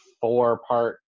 four-part